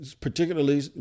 Particularly